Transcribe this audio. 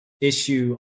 issue